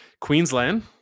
Queensland